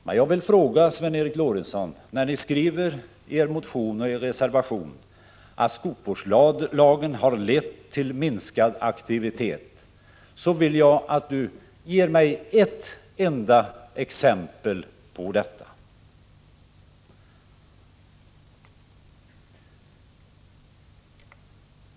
Men Sven Eric Lorentzon, ni skriver i er motion och i er reservation att skogsvårdslagen har lett till minskad aktivitet. Då vill jag att ni ger mig ett enda exempel på detta.